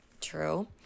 True